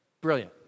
Brilliant